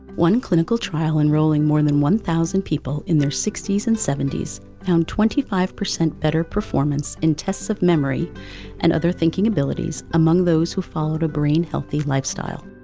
one clinical trial enrolling more than one thousand people in their sixty s and seventy s found twenty five percent better performance in tests of memory and other thinking abilities among those who followed a brain-healthy lifestyle.